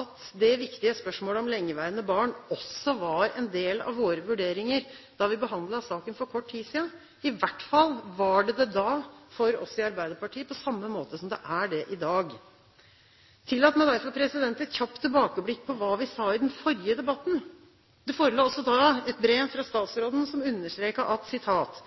at det viktige spørsmålet om lengeværende barn også var en del av våre vurderinger da vi behandlet saken for kort tid siden – i hvert fall var det det da for oss i Arbeiderpartiet, på samme måte som det er det i dag. Tillat meg derfor et kjapt tilbakeblikk på hva vi sa i den forrige debatten. Det forelå også da et brev fra statsråden, som understreket at